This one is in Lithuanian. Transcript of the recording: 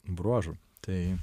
bruožų tai